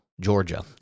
Georgia